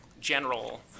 general